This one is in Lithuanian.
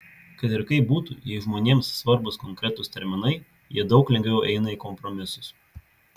kad ir kaip būtų jei žmonėms svarbūs konkretūs terminai jie daug lengviau eina į kompromisus